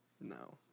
No